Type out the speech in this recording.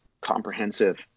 comprehensive